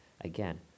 again